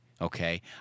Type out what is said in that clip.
Okay